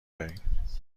داریم